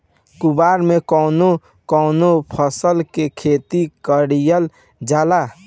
कुवार में कवने कवने फसल के खेती कयिल जाला?